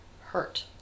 hurt